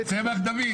זה רק דוד.